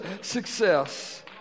success